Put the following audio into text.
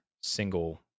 single